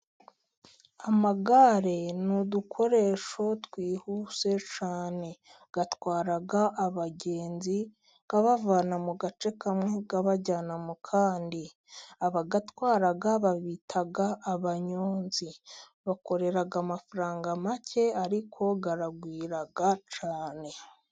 Amagare n'udukoresho twihuse cyane, atwara abagenzi abavana mu gace kamwe abajyana mu kandi, abayatwara babita abanyonzi bakorera amafaranga make ariko aragwira cyane.